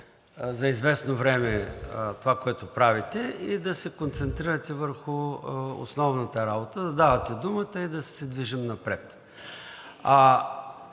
за известно време това, което правите, и да се концентрирате върху основната работа – да давате думата и да се движим напред.